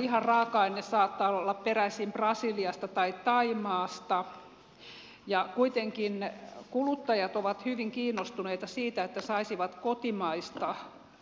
lihan raaka aine saattaa olla peräisin brasiliasta tai thaimaasta ja kuitenkin kuluttajat ovat hyvin kiinnostuneita siitä että saisivat kotimaista